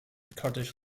kurdish